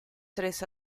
tres